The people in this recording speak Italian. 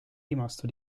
rimasto